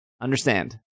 understand